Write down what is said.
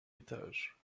étage